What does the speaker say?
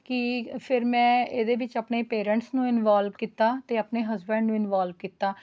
ਹੈ ਨਾ ਫੇਰ ਮੈਂ ਇਹਦੇ ਵਿੱਚ ਆਪਣੇ ਪੈਰੇਂਟਸ ਨੂੰ ਇਨਵੋਲਵ ਕੀਤਾ ਅਤੇ ਆਪਣੇ ਹਸਬੈਂਡ ਨੂੰ ਇਨਵੋਲਵ ਕੀਤਾ